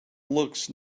looks